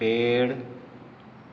पेड़